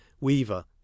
weaver